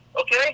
Okay